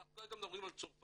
אבל אנחנו כרגע מדברים על צרפת.